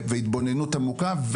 והתבוננות עמוקה.